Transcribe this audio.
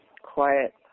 quiet